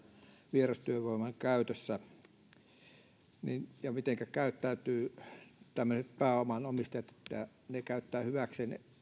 vierastyövoiman käytössä ja siinä mitenkä tämmöiset pääoman omistajat käyttäytyvät he käyttävät hyväkseen